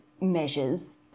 measures